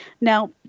now